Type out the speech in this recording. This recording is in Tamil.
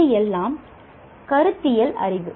இது எல்லாம் கருத்தியல் அறிவு